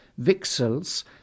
vixels